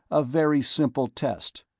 a very simple test.